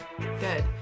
Good